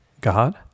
God